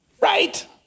Right